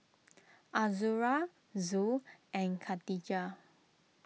Azura Zul and Katijah